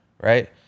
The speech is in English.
right